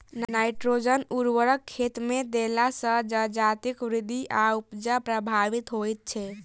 nitrogen उर्वरक खेतमे देला सॅ जजातिक वृद्धि आ उपजा प्रभावित होइत छै